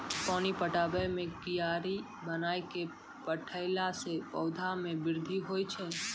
पानी पटाबै मे कियारी बनाय कै पठैला से पौधा मे बृद्धि होय छै?